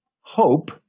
hope